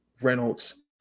Reynolds